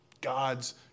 God's